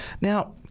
Now